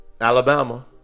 Alabama